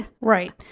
Right